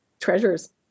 treasures